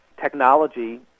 Technology